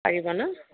পাৰিব ন